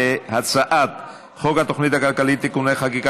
להצעת חוק התוכנית הכלכלית (תיקוני חקיקה